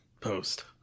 post